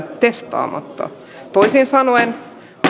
testaamatta toisin sanoen